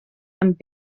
amb